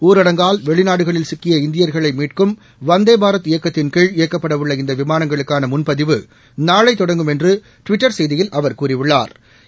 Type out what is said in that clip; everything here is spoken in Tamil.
ஊரடங்கால் வெளிநாடுகளில் சிக்கிய இந்தியர்களை மீட்கும் வந்தே பாரத் இயக்கத்தின் கீழ் இயக்கப்பட உள்ள இந்த விமானங்களுக்கான முன்பதிவு நாளை தொடங்கும் என்று டுவிட்டர் செய்தியில் அவர் கூறியுள்ளா்